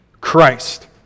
Christ